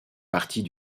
partie